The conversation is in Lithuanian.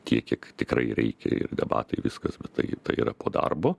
tiek kiek tikrai reikia ir debatai viskas bet tai tai yra po darbo